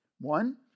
One